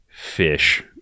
fish